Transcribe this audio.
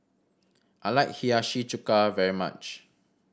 I like Hiyashi Chuka very much